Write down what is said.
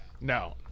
No